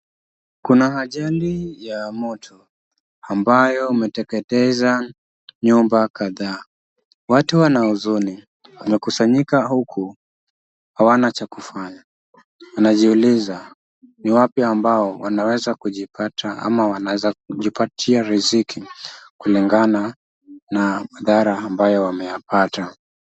Kuna ajali ya moto, ambayo umeteketeza nyumba kadha, watu wana huzuni, wamekusanyika huku hawana cha kufanya, wanajiuliza ni wapi ambao wanaweza kujipata au wanaweza kujipatia riziki kulingana na madhara ambayo wameyapata.